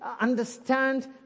understand